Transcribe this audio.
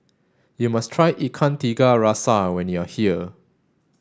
you must try Ikan Tiga Rasa when you are here